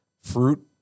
fruit